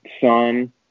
son